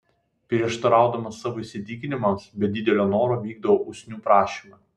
prieštaraudamas savo įsitikinimams be didelio noro vykdau usnių prašymą